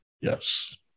Yes